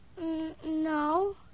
No